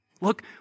Look